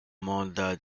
mandat